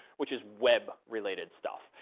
which is web related stuff.